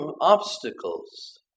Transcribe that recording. obstacles